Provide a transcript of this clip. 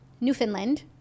Newfoundland